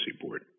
Board